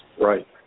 Right